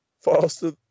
faster